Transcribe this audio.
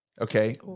Okay